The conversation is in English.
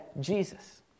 Jesus